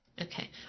Okay